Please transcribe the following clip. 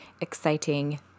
exciting